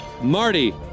Marty